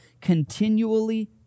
continually